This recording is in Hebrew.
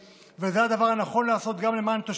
זה הדבר הנכון לעשות למען התיירות הישראלית וזה הדבר הנכון גם למען